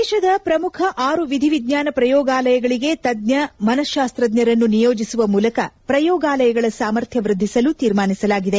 ದೇಶದ ಪ್ರಮುಖ ಆರು ವಿಧಿವಿಜ್ಞಾನ ಪ್ರಯೋಗಾಲಯಗಳಿಗೆ ತಜ್ಜ ಮನಃಶಾಸ್ತಜ್ಞರನ್ನು ನಿಯೋಜಿಸುವ ಮೂಲಕ ಪ್ರಯೋಗಾಲಯಗಳ ಸಾಮರ್ಥ್ನ ವ್ವದ್ಗಿಸಲು ತೀರ್ಮಾನಿಸಲಾಗಿದೆ